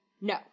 No